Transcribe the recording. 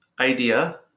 idea